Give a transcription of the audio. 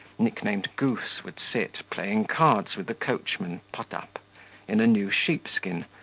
nicknamed goose, would sit, playing cards with the coachman, potap, in a new sheepskin,